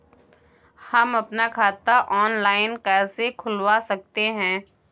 हम अपना खाता ऑनलाइन कैसे खुलवा सकते हैं?